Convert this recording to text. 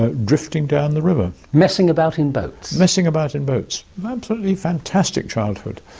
ah drifting down the river. messing about in boats. messing about in boats, an absolutely fantastic childhood.